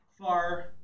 far